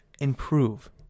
improve